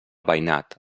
veïnat